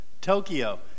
Tokyo